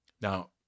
Now